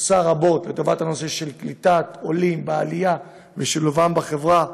עושה רבות לטובת הנושא של קליטת עולים ושילובם בחברה,